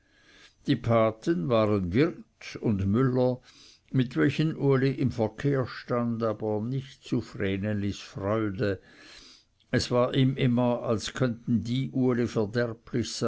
die paten waren wirt und müller mit welchen uli im verkehr stand aber nicht zu vrenelis freude es war ihm immer als könnten die uli